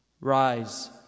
rise